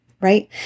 right